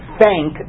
thank